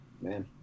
man